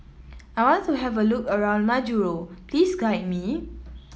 I want to have a look around Majuro please guide me